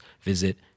visit